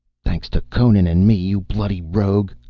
thanks to conan and me, you bloody rogue!